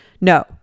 No